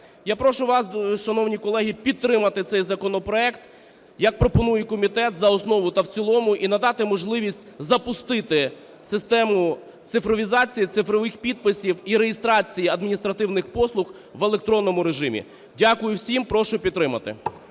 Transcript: Я прошу вас, шановні колеги, підтримати цей законопроект, як пропонує комітет, за основу та в цілому. І надати можливість запустити систему цифровізації, цифрових підписів і реєстрації адміністративних послуг в електронному режимі. Дякую всім. Прошу підтримати.